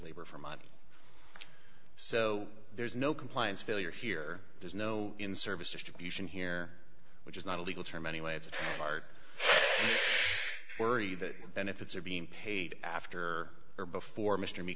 labor for money so there's no compliance failure here there's no in service distribution here which is not a legal term anyway it's a part worry that benefits are being paid after or before mr